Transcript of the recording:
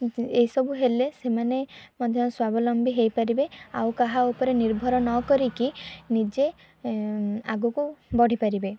ଏସବୁ ହେଲେ ସେମାନେ ମଧ୍ୟ ସ୍ଵାବଲମ୍ବୀ ହୋଇପାରିବେ ଆଉ କାହା ଉପରେ ନିର୍ଭର ନକରିକି ନିଜେ ଆଗକୁ ବଢ଼ିପାରିବେ